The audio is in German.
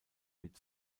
mit